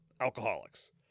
alcoholics